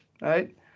right